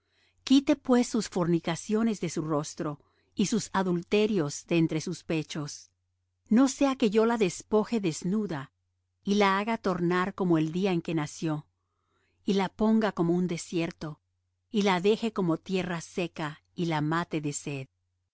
quite pues sus fornicaciones de su rostro y sus adulterios de entre sus pechos no sea que yo la despoje desnuda y la haga tornar como el día en que nació y la ponga como un desierto y la deje como tierra seca y la mate de sed